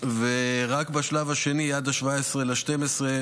ורק בשלב השני, עד 17 בדצמבר,